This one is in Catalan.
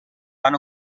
van